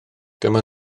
dyma